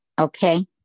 Okay